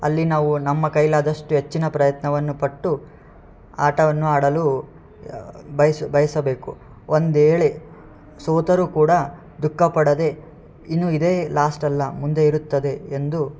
ಅಲ್ಲಿ ನಾವು ನಮ್ಮ ಕೈಲಾದಷ್ಟು ಹೆಚ್ಚಿನ ಪ್ರಯತ್ನವನ್ನು ಪಟ್ಟು ಆಟವನ್ನು ಆಡಲು ಬಯಸು ಬಯಸಬೇಕು ಒಂದ್ವೇಳೆ ಸೋತರು ಕೂಡ ದುಃಖ ಪಡದೆ ಇನ್ನು ಇದೇ ಲಾಸ್ಟ್ ಅಲ್ಲ ಮುಂದೆ ಇರುತ್ತದೆ ಎಂದು